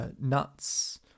nuts